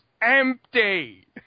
empty